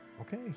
Okay